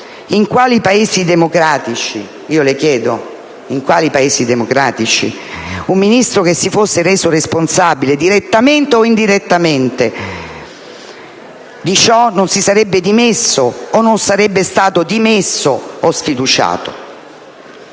in quali Paesi democratici un Ministro che si fosse reso responsabile di ciò, direttamente o indirettamente, non si sarebbe dimesso o non sarebbe stato dimesso o sfiduciato?